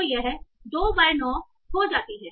तो यह 2 बाय 9 हो जाती है